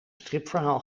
stripverhaal